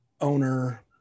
owner